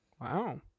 Wow